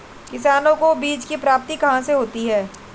किसानों को बीज की प्राप्ति कहाँ से होती है?